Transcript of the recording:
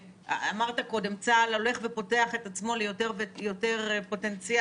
אמרת קודם שצה"ל הולך ופותח את עצמו ליותר ויותר פוטנציאל,